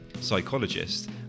psychologist